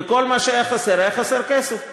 וכל מה שהיה חסר, היה חסר כסף.